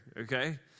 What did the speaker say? okay